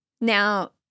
Now